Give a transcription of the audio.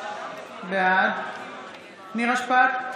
בעד נירה שפק,